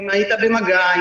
אם היית במגע,